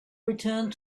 returned